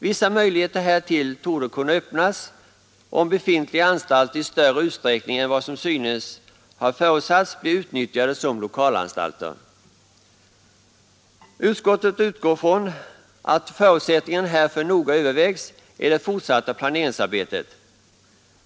Vissa möjligheter härtill torde kunna öppnas om befintliga anstalter i större utsträckning än vad som synes ha förutsatts blir utnyttjade som lokalanstalter. Utskottet utgår från att förutsättningarna härför noga övervägs i det fortsatta planeringsarbetet.